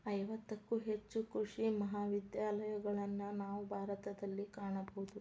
ಐವತ್ತಕ್ಕೂ ಹೆಚ್ಚು ಕೃಷಿ ಮಹಾವಿದ್ಯಾಲಯಗಳನ್ನಾ ನಾವು ಭಾರತದಲ್ಲಿ ಕಾಣಬಹುದು